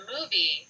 movie